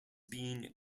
being